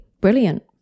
Brilliant